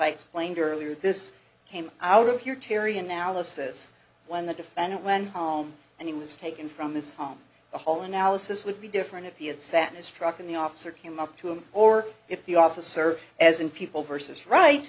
explained earlier this came out of here terry analysis when the defendant when home and he was taken from his home the whole analysis would be different if he had sent his frock in the officer came up to him or if the officer as in people versus right